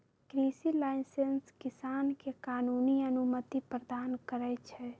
कृषि लाइसेंस किसान के कानूनी अनुमति प्रदान करै छै